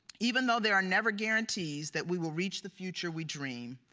even though there are never guarantees that we will reach the future we dream,